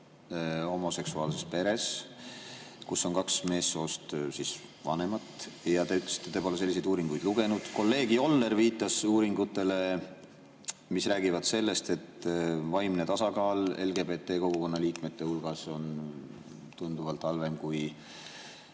homoseksuaalses peres, kus on kaks meessoost vanemat. Teie ütlesite, et te pole selliseid uuringuid lugenud. Kolleeg Joller viitas uuringutele, mis räägivad sellest, et vaimne tasakaal LGBT kogukonna liikmete hulgas on tunduvalt halvem kui